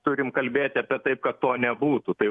turim kalbėti apie tai kad to nebūtų tai